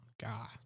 God